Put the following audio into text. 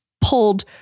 pulled